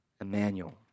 Emmanuel